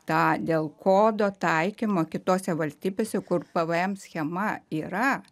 tą dėl kodo taikymo kitose valstybėse kur pvm schema yra